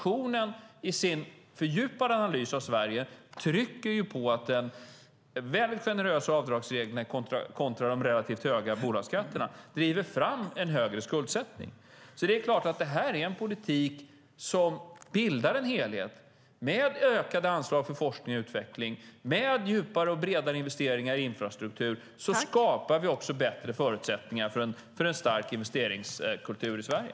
I sin fördjupade analys av Sverige trycker kommissionen på att de väldigt generösa avdragsreglerna kontra de relativt höga bolagsskatterna driver fram en högre skuldsättning. Det här är en politik som bildar en helhet. Med ökade anslag för forskning och utveckling och med djupare och bredare investeringar i infrastruktur skapar vi också bättre förutsättningar för en stark investeringskultur i Sverige.